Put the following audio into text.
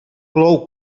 plou